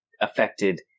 affected